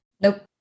Nope